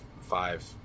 five